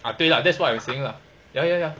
啊对啦 that's what I'm saying lah ya ya ya